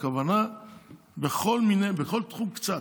הכוונה בכל תחום קצת.